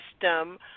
system